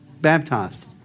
baptized